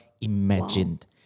imagined